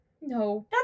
No